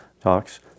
talks